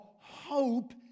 hope